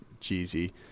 Jeezy